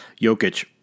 Jokic